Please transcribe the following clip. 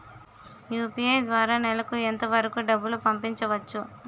UPI ద్వారా నెలకు ఎంత వరకూ డబ్బులు పంపించవచ్చు?